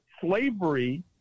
slavery